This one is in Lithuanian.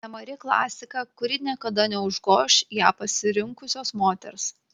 nemari klasika kuri niekada neužgoš ją pasirinkusios moters